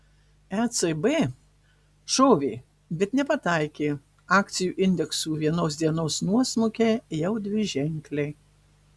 ecb šovė bet nepataikė akcijų indeksų vienos dienos nuosmukiai jau dviženkliai